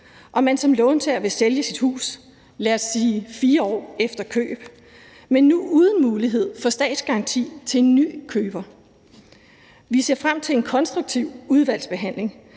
og man som låntager vil sælge sit hus, lad os sige 4 år efter køb, men nu uden mulighed for statsgaranti til en ny køber. Vi ser frem til en konstruktiv udvalgsbehandling,